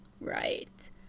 Right